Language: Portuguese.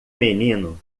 menino